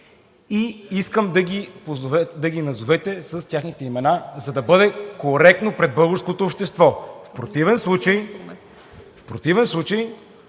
и искам да ги назовете с техните имена, за да бъде коректно пред българското общество? В противен случай